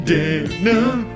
Denim